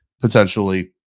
potentially